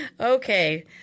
Okay